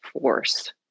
force